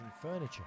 furniture